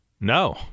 No